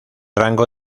rango